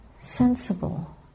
sensible